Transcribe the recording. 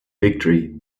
victory